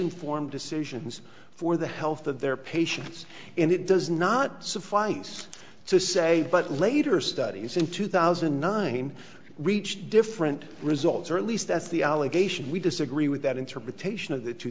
informed decisions for the health of their patients and it does not suffice to say but later studies in two thousand and nine we reached different results or at least that's the allegation we disagree with that interpretation of the two